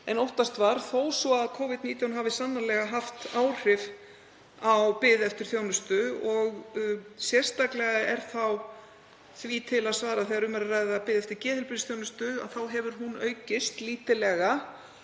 en óttast var þó svo að Covid-19 hafi sannarlega haft áhrif á bið eftir þjónustu. Sérstaklega er því til að svara að þegar um er að ræða bið eftir geðheilbrigðisþjónustu hefur hún aukist lítillega.